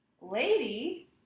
Lady